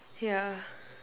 ya